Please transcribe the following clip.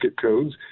codes